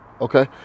okay